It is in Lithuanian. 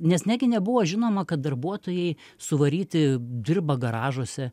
nes negi nebuvo žinoma kad darbuotojai suvaryti dirba garažuose